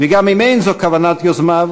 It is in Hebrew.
גם אם אין זו כוונת יוזמיו.